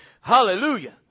Hallelujah